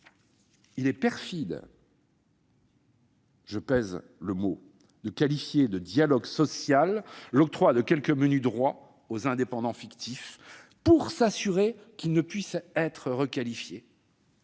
il est- je pèse mes mots - perfide de qualifier de « dialogue social » l'octroi de quelques menus droits aux indépendants fictifs pour s'assurer qu'ils ne puissent pas être requalifiés.